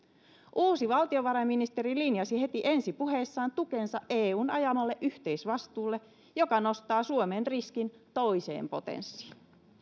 uusi valtiovarainministeri linjasi heti ensi puheessaan tukensa eun ajamalle yhteisvastuulle joka nostaa suomen riskin toiseen potenssiin